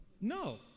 No